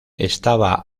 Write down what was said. estaba